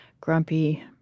grumpy